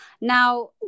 now